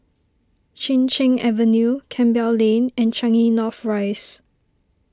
Chin Cheng Avenue Campbell Lane and Changi North Rise